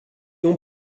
ont